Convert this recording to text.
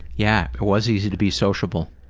yeah, it was easy to be sociable.